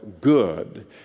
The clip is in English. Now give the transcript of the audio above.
good